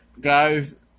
guys